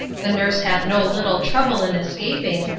the nurse had no little trouble in escaping,